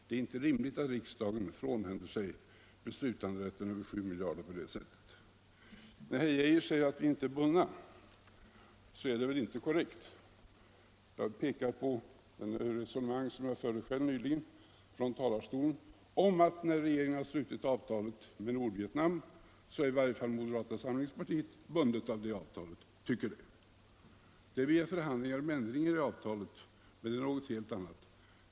Det är inte rimligt att riksdagen frånhänder sig beslutanderätten över 7 miljarder på det sättet. När herr Geijer säger att vi inte är bundna, så är det väl inte korrekt. Jag vill peka på det resonemang som jag nyligen förde från talarstolen om att när regeringen slutit avtalet med Nordvietnam så är i varje fall moderata samlingspartiet bundet av det avtalet, tycker vi. När vi begär förhandlingar om ändringar i avtalet, så är det någonting helt annat.